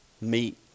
meet